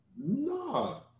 no